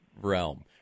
realm